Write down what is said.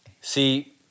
See